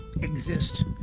exist